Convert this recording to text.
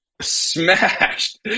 smashed